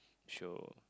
she'll